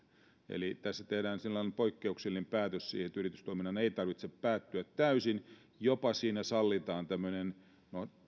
eli tässä tehdään sellainen poikkeuksellinen päätös että yritystoiminnan ei tarvitse päättyä täysin siinä sallitaan jopa tämmöinen